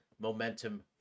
momentum